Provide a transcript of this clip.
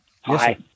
Hi